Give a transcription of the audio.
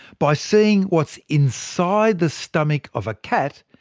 by seeing what's inside the stomach of a cat,